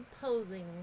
posing